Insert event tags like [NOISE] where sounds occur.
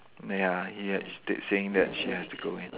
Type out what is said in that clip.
ya [NOISE] st~ saying that she has to go in